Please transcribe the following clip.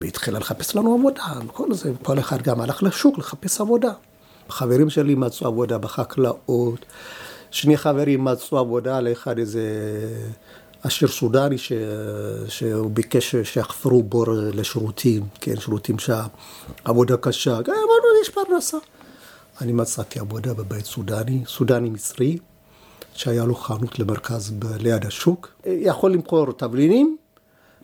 והתחלה לחפש לנו עבודה. כל אחד גם הלך לשוק לחפש עבודה. חברים שלי מצאו עבודה בחקלאות, שני חברים מצאו עבודה לאחד איזה אשר סודני שביקש שהחפרו בור לשירותים, שירותים שם, עבודה קשה. אמרנו, יש פרנסה. אני מצאתי עבודה בבית סודני, סודני-מצרי, שהיה לו חנות למרכז ליד השוק. יכול למכור תבלינים.